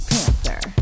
Panther